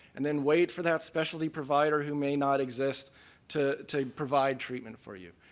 and then wait for that specialty provider who may not exist to to provide treatment for you.